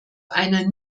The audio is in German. einer